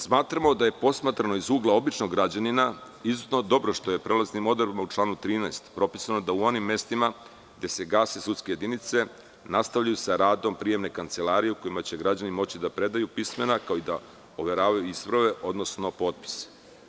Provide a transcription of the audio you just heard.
Smatramo da je posmatrano iz ugla običnog građanina izuzetno dobro što je prelaznim odredbama u članu 13. propisano da u onim mestima gde se gase sudske jedinice nastavljaju sa radom prijemne kancelarije u kojima će građani moći da predaju pismena i overavaju isprave, odnosno potpis.